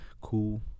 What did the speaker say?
cool